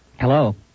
Hello